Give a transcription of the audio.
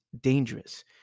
dangerous